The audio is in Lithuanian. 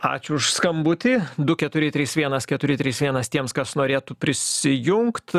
ačiū už skambutį du keturi trys vienas keturi trys vienas tiems kas norėtų prisijungt